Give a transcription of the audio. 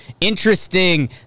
Interesting